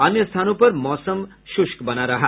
अन्य स्थानों पर मौसम शुष्क बना रहा